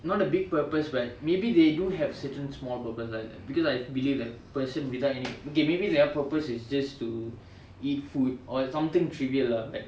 not the big purpose but maybe they do have certain small purpose like like because I believe that a person without any okay maybe their purpose is just to eat food or it's something trivial lah like